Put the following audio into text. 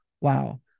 wow